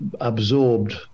absorbed